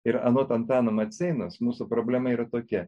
ir anot antano maceinos mūsų problema yra tokia